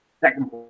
second